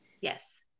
yes